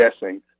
guessing